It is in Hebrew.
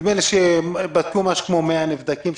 נדמה לי שבדקו שם כ-100 נבדקים,